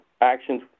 actions